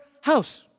house